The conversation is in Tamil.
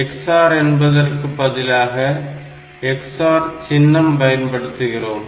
XOR என்பதற்கு பதிலாக '⊕' சின்னம் பயன்படுத்துகிறோம்